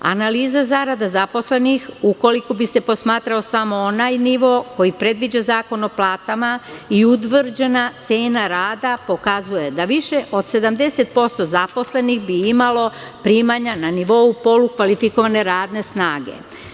Analiza zarada zaposlenih, ukoliko bi se posmatrao samo onaj nivo koji predviđa Zakon o platama i utvrđena cena rada pokazuje da više od 70% zaposlenih bi imalo primanja na nivou polukvalifikovane radne snage.